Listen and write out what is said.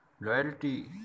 Loyalty